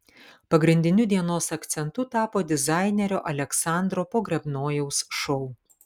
pagrindiniu dienos akcentu tapo dizainerio aleksandro pogrebnojaus šou